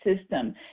system